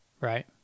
Right